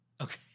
Okay